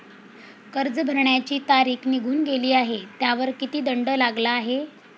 कर्ज भरण्याची तारीख निघून गेली आहे त्यावर किती दंड लागला आहे?